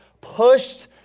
pushed